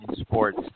Sports